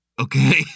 Okay